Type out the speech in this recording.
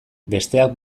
besteak